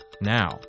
Now